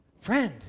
Friend